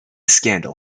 scandal